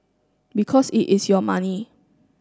because it is your money